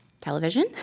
television